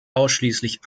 ausschließlich